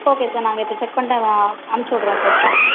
okay sir நாங்கள் இப்போ check பண்ணிவிட்டு அமுச்சு விட்றோம் சார் ஸ்டாஃப்பை